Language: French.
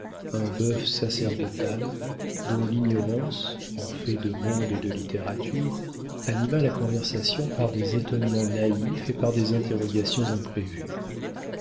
un bœuf sacerdotal dont l'ignorance en fait de monde et de littérature anima la conversation par des étonnements naïfs et par des interrogations imprévues